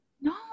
No